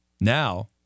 Now